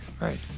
Right